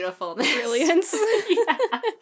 Brilliance